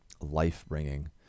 life-bringing